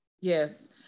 Yes